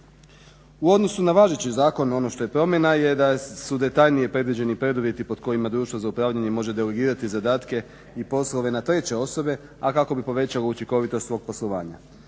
U odnosu na važeći zakon ono što je promjena je da su detaljnije predviđeni preduvjeti pod kojima društvo za upravljanje može delegirati zadatke i poslove na treće osobe, kako bi povećalo učinkovitost svog poslovanja.